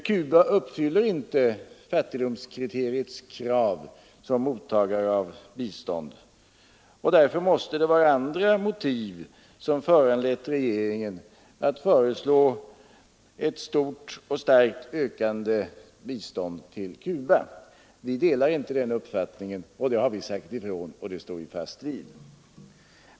Cuba uppfyller inte fattigdomskriteriets krav som mottagare av bistånd, och därför måste det vara andra motiv som föranlett regeringen att föreslå ett stort och starkt ökande bistånd till Cuba. Vi delar inte regeringens uppfattning. Det har vi sagt ifrån och det står vi fast vid.